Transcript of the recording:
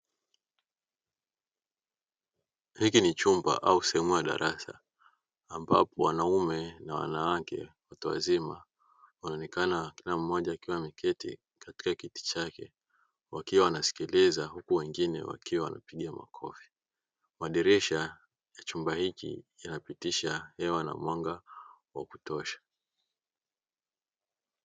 Hiki ni chumba au sehemu ya darasa ambapo wanaume na wanawake watu wazima, wanaoenekana kila mmoja akiwa ameketi katika kiti chake wakiwa wanasikiliza huku wengine wakiwa wanapiga makofi. Madirisha yanapitisha hewa pamoja na mwanga wa kutosha.